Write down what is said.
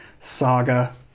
Saga